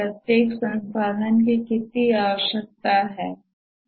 प्रत्येक संसाधन की कितनी आवश्यकता है